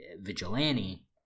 vigilante